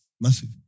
massive